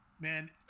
man